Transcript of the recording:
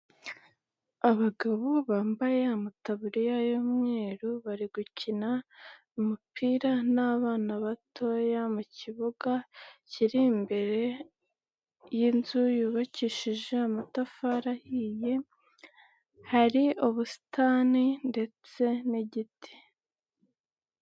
Abagabo bambaye amataburiya y'umweru, bari gukina umupira n'abana batoya mu kibuga kiri imbere y'inzu yubakishije amatafari ahiye, hari ubusitani ndetse n'igiti.